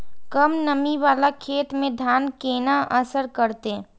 कम नमी वाला खेत में धान केना असर करते?